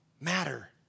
matter